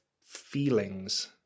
feelings